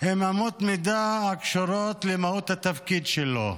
הן אמות מידה הקשורות למהות התפקיד שלו.